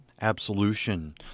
absolution